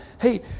hey